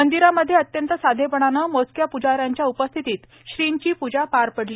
मंदिरामध्ये अत्यंत साधेपणाने मोजक्या प्जाऱ्याच्या उपस्थितीत श्रींची पूजा पार पडली